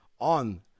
on